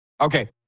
Okay